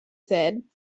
said